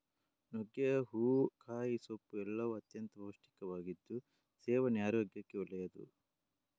ನುಗ್ಗೆಯ ಹೂವು, ಕಾಯಿ, ಸೊಪ್ಪು ಎಲ್ಲವೂ ಅತ್ಯಂತ ಪೌಷ್ಟಿಕವಾಗಿದ್ದು ಸೇವನೆ ಆರೋಗ್ಯಕ್ಕೆ ಒಳ್ಳೆದ್ದು